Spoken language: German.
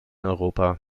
europa